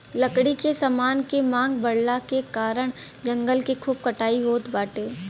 लकड़ी के समान के मांग बढ़ला के कारण जंगल के खूब कटाई होत बाटे